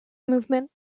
movement